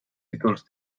títols